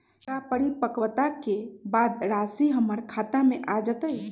का परिपक्वता के बाद राशि हमर खाता में आ जतई?